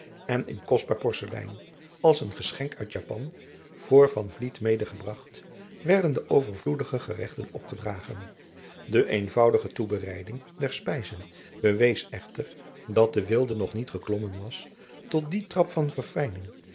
en in kostbaar porselein als een geschenk uit japan voor van vliet medegebragt werden de overvloedige geregten opgedragen de eenvoudige toebereiding der spijzen bewees echter dat de weelde nog niet geklommen was tot dien trap van